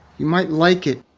you might like it.